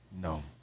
No